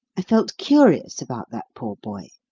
i felt curious about that poor boy.